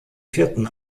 vierten